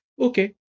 okay